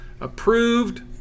Approved